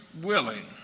willing